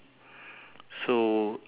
in a small tent